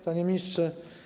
Panie Ministrze!